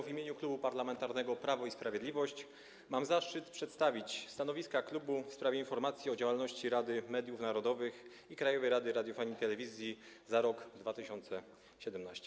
W imieniu Klubu Parlamentarnego Prawo i Sprawiedliwość mam zaszczyt przedstawić stanowisko klubu w sprawie informacji o działalności Rady Mediów Narodowych i Krajowej Rady Radiofonii i Telewizji za rok 2017.